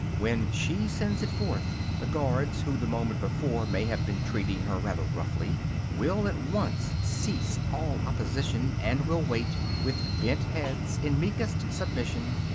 when she sends it forth, the guards, who the moment before may have been treating her rather roughly, will at once cease all opposition, and will wait, with bent heads, in meekest submission,